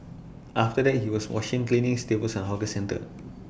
after that he was washing cleaning tables at hawker centre